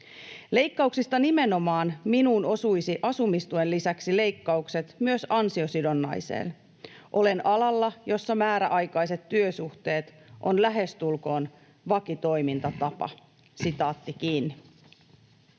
Leikkauksista nimenomaan minuun osuisivat asumistuen lisäksi leikkaukset myös ansiosidonnaiseen. Olen alalla, jossa määräaikaiset työsuhteet on lähestulkoon vakiotoimintatapa.” ”Olen